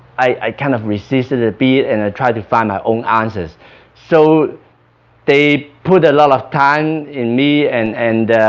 i kind of resisted a bit and i tried to find my own answers so they put a lot of time in me and and